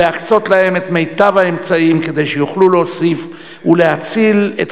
ולהקצות להן את מיטב האמצעים כדי שיוכלו להוסיף ולהציל את